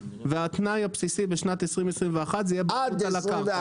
והתנאי הבסיסי בשנת 2021 יהיה בעלות על הקרקע.